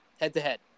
head-to-head